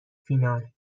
فینال